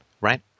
right